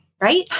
Right